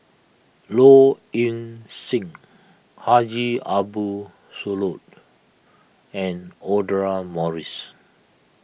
Low Ing Sing Haji Ambo Sooloh and Audra Morrice